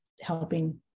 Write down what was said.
helping